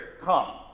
come